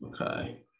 Okay